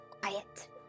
quiet